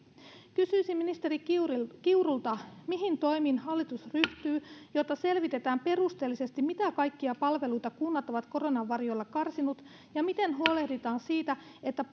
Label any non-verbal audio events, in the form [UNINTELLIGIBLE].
kysyisin ministeri kiurulta kiurulta mihin toimiin hallitus ryhtyy jotta selvitetään perusteellisesti mitä kaikkia palveluita kunnat ovat koronan varjolla karsineet ja miten huolehditaan siitä että [UNINTELLIGIBLE]